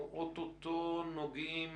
אנחנו אוטוטו נוגעים